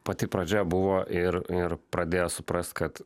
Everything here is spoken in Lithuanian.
pati pradžia buvo ir ir pradėjo suprast kad